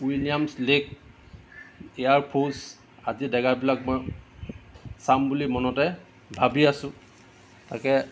Williams lake air force আদি জেগাবিলাক মই চাম বুলি মনতে ভাৱি আছোঁ তাকে